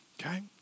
okay